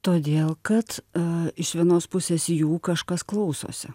todėl kad a iš vienos pusės jų kažkas klausosi